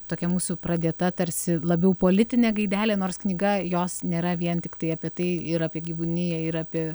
tokia mūsų pradėta tarsi labiau politinė gaidelė nors knyga jos nėra vien tiktai apie tai ir apie gyvūniją ir apie